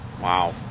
wow